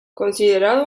considerado